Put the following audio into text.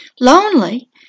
Lonely